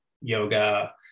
yoga